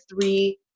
three